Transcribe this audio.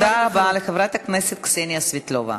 תודה רבה לחברת הכנסת קסניה סבטלובה.